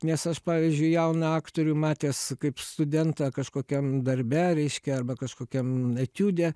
nes aš pavyzdžiui jauną aktorių matęs kaip studentą kažkokiam darbe reiškia arba kažkokiam etiude